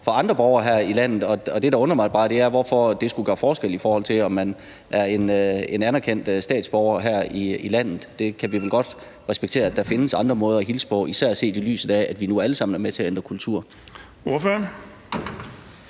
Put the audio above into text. for alle borgere her i landet, og det, der undrer mig, er bare, at det skulle gøre en forskel, i forhold til om man er et anerkendt statsborger her i landet. Vi kan vel godt respektere, at der findes andre måder at hilse på, især set i lyset af at vi nu alle sammen er med til at ændre kultur. Kl.